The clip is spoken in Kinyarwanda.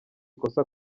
ikosa